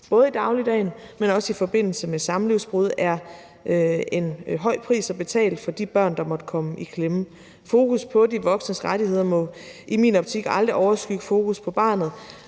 både i dagligdagen, men også i forbindelse med samlivsbrud, er en høj pris at betale for de børn, der måtte komme i klemme. Fokus på de voksnes rettigheder må i min optik aldrig overskygge fokus på barnet.